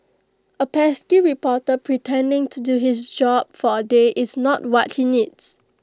A pesky reporter pretending to do his job for A day is not what he needs